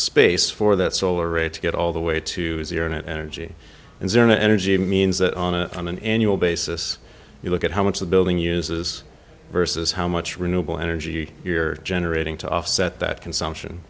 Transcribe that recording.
space for that solar array to get all the way to zero net energy and zero energy means that on a on an annual basis you look at how much the building uses versus how much renewable energy you're generating to offset that consumption